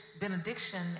benediction